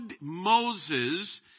Moses